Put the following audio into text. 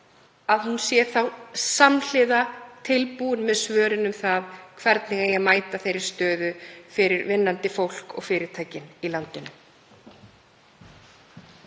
við þá sé hún samhliða tilbúin með svörin um það hvernig eigi að mæta þeirri stöðu fyrir vinnandi fólk og fyrirtækin í landinu.